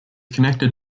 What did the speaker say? connected